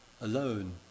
alone